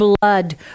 blood